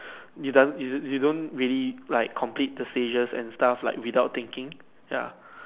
you doesn't you you don't really like complete the stages and stuff like without thinking ya